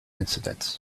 incidents